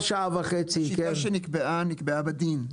השיטה שנקבעה, נקבעה בדין.